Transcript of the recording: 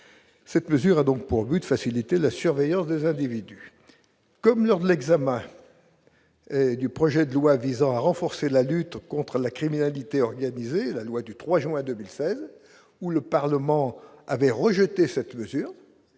Cette mesure a donc pour but de faciliter la surveillance des individus comme lors de l'examen. Et du projet de loi visant à renforcer la lutte contre la criminalité organisée, la loi du 3 juin 2016 ou le Parlement avait rejeté cette mesure,